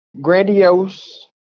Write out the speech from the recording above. Grandiose